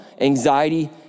anxiety